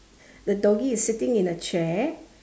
the doggy is sitting in a chair